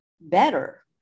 better